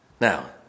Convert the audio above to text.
Now